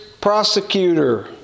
prosecutor